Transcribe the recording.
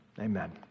Amen